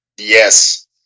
Yes